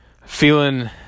Feeling